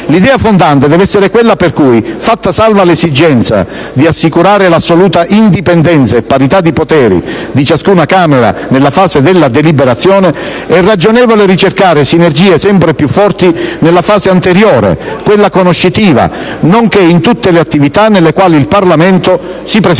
L'idea fondante deve essere quella per cui - fatta salva l'esigenza di assicurare l'assoluta indipendenza e parità di poteri di ciascuna Camera nella fase della deliberazione - è ragionevole ricercare sinergie sempre più forti nella fase anteriore, quella conoscitiva, nonché in tutte le attività nelle quali il Parlamento si presenta